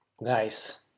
Nice